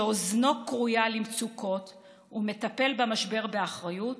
שאוזנו כרויה למצוקות והוא מטפל במשבר באחריות,